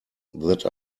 that